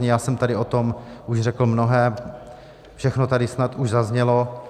Já jsem tady o tom už řekl mnohé, všechno tady snad už zaznělo.